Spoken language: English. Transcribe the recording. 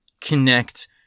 connect